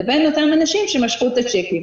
לבין אותם אנשים שמשכו את הצ'קים.